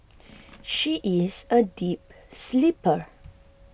she is a deep sleeper